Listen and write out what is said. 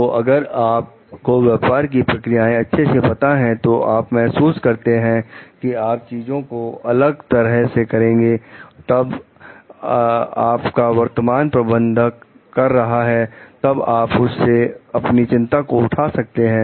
तो अगर आप को व्यापार की प्रक्रियाएं अच्छे से पता है तो आप महसूस करते हैं कि आप चीजों को अलग तरह से करेंगे तब आपका वर्तमान प्रबंधक कर रहा है तब आप उससे अपनी चिंता को उठा सकते हैं